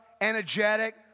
energetic